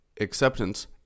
acceptance